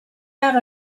out